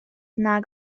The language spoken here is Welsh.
nag